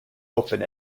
open